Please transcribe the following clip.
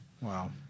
Wow